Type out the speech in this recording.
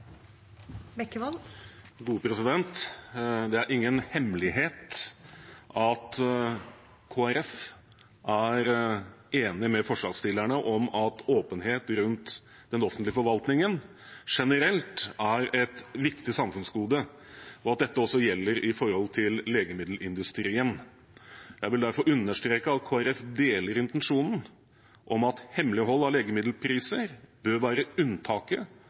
ingen hemmelighet at Kristelig Folkeparti er enig med forslagsstillerne i at åpenhet rundt den offentlige forvaltningen generelt er et viktig samfunnsgode, og at dette også gjelder for legemiddelindustrien. Jeg vil derfor understreke at Kristelig Folkeparti deler intensjonen om at hemmelighold av legemiddelpriser bør være unntaket